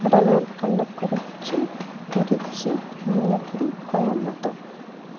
Cuddalore Kallakurichi Trichy Nilgiri Coimbatore